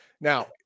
Now